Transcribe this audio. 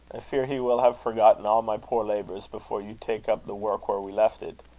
i fear he will have forgotten all my poor labours before you take up the work where we left it.